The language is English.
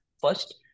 first